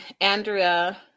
Andrea